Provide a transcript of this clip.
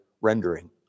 rendering